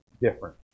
different